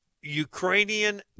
Ukrainian